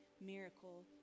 miracle